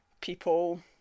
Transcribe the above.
people